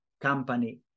company